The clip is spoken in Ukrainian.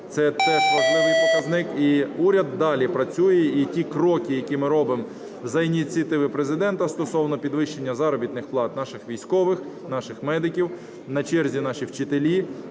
це теж важливий показник. І уряд далі працює, і ті кроки, які ми робимо за ініціативи Президента стосовно підвищення заробітних плат наших військових, наших медиків, на черзі наші вчителі.